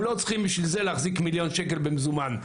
הם לא צריכים בשביל זה להחזיק מיליון שקל במזומן,